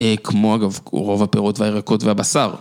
כמו אגב רוב הפירות והירקות והבשר.